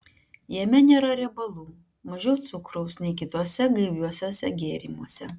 jame nėra riebalų mažiau cukraus nei kituose gaiviuosiuose gėrimuose